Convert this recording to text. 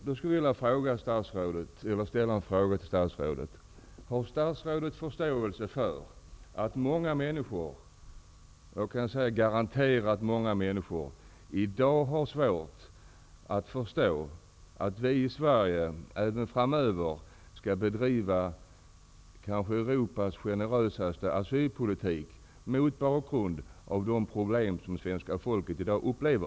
Då skulle jag vilja ställa en fråga till statsrådet: Har statsrådet förståelse för att många människor -- jag kan säga garanterat många människor -- i dag har svårt, mot bakgrund av de problem som svenska folket i dag upplever, att förstå att vi i Sverige även framöver skall bedriva kanske Europas generösaste asylpolitik?